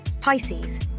Pisces